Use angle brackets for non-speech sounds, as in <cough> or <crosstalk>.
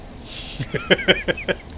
<laughs>